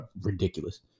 ridiculous